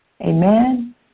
amen